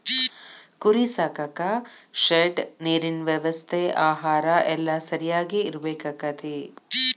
ಕುರಿ ಸಾಕಾಕ ಶೆಡ್ ನೇರಿನ ವ್ಯವಸ್ಥೆ ಆಹಾರಾ ಎಲ್ಲಾ ಸರಿಯಾಗಿ ಇರಬೇಕಕ್ಕತಿ